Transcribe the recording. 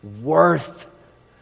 worth